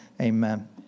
Amen